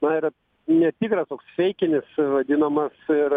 na yra netikras toks feikinis vadinamas ir